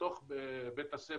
בתוך בתי הספר,